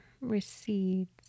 recedes